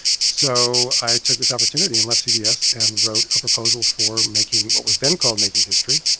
so i took this opportunity and left cbs and wrote a proposal for making what was then called making history.